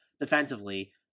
defensively